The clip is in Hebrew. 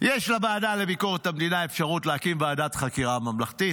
יש לוועדה לביקורת המדינה אפשרות להקים ועדת חקירה ממלכתית,